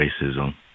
racism